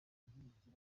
kudushyigikira